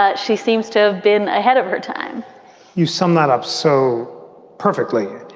ah she seems to have been ahead of her time you sum that up so perfectly.